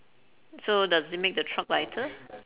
so does it make the truck lighter